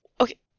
Okay